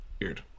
Weird